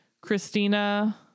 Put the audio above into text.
Christina